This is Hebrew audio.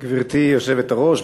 גברתי היושבת-ראש,